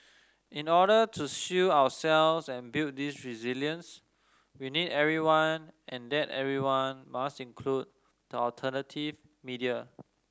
in order to shield ourselves and build this resilience we need everyone and that everyone must include the alternative media